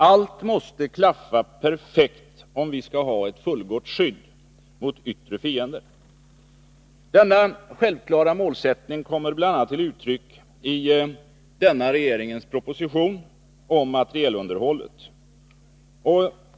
Allt måste klaffa perfekt, om vi skall ha ett fullgott skydd mot yttre fiender. Denna självklara målsättning kommer bl.a. till uttryck i denna regeringens proposition om materielunderhållet.